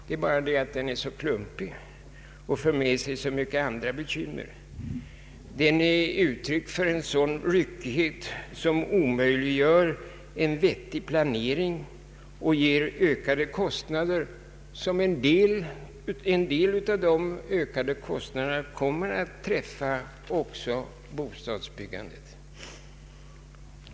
Det är bara det att den är så klumpig och för med sig andra bekymmer. Den är ett uttryck för en sådan ryckighet som omöjliggör en vettig planering och medför ökade kostnader. En del av dessa ökade kostnader kommer att träffa även bostadsbyggandet.